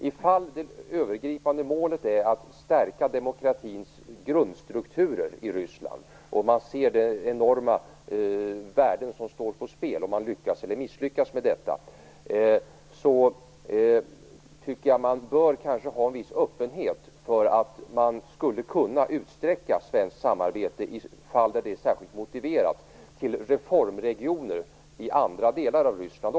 Ifall det övergripande målet är att stärka demokratins grundstrukturer i Ryssland - sett till de enorma värden som står på spel, dvs. om man lyckas eller misslyckas med detta - bör man kanske ha en viss öppenhet för att i de fall där det är särskilt motiverat utvidga det svenska samarbetet till reformregioner också i andra delar av Ryssland.